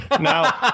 Now